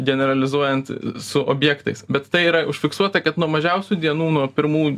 generalizuojant su objektais bet tai yra užfiksuota kad nuo mažiausių dienų nuo pirmų